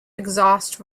exhaust